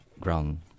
ground